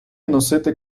носити